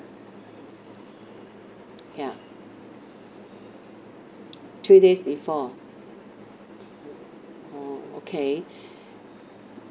ya three days before mm okay